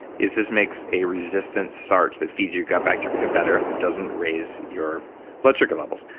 is this makes a resistant starch that feeds your gut bacteria better and doesn't raise your blood sugar levels.